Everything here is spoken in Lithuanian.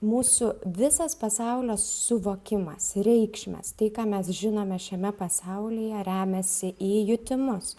mūsų visas pasaulio suvokimas reikšmės tai ką mes žinome šiame pasaulyje remiasi į jutimus